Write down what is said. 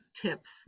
tips